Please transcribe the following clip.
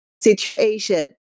situation